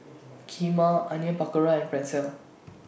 Kheema Onion Pakora and Pretzel